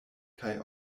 kaj